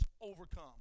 overcome